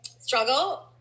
struggle